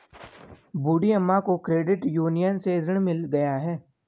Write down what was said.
बूढ़ी अम्मा को credit union से ऋण मिल गया है